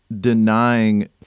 denying